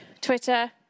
Twitter